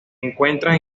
encuentra